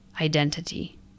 identity